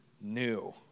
new